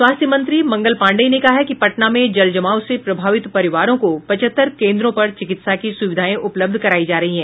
स्वास्थ्य मंत्री मंगल पाण्डेय ने कहा है कि पटना में जलजमाव से प्रभावित परिवारों को पचहत्तर केंद्रों पर चिकित्सा की सुविधाएं उपलब्ध करायी जा रही है